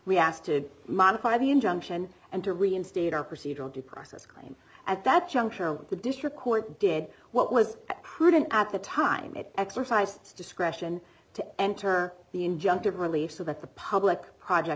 we asked to modify the injunction and to reinstate our procedural due process claim at that juncture when the district court did what was prudent at the time it exercise discretion to enter the injunctive relief so that the public project